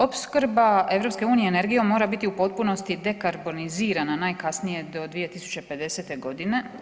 Opskrba EU energijom mora biti u potpunosti dekarbonizirana najkasnije do 2050.g.